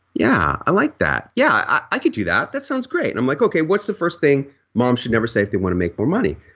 yeah, i like that yeah, i could do that, that sounds great. i'm like okay, what's the first thing mom should never say if they want to make more money.